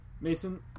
Mason